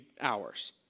hours